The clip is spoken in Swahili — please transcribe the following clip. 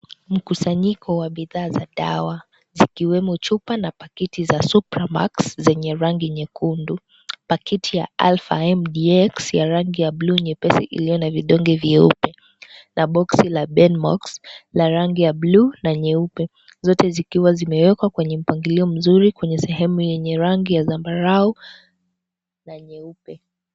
Mkusanyiko wa bidhaa za dawa zikiwemo chupa ya dawa ya Supramax zenye rangi nyekundu, packet ya Alfa MDX ya rangi ya blue na vidonge vyeupe na box ya rangi ya blue na nyeupe, zote zikiwa zimewekwa kwa mpangilio mzuri yenye rangi ya zambarau.